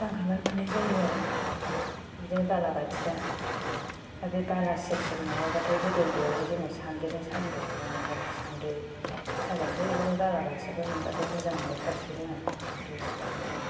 दांग्रोमनान मोननाय जायो आरो बिदिनो बालाबाथिया आरो बे बाला सेर सेर माबाबाथाय गोदो उन्दैयावहाय जोङो सान्द्रिजों सालिबावोमोन आरो सान्द्रि सालिनोसै बिदिनो बालाबाथियाबो मोनबाथाय मोजां मोनलायथारनोसै जोङो बे सिगांआवहाय